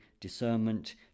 discernment